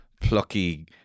plucky